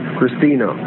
Christina